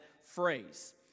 phrase